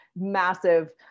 massive